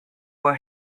were